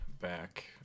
back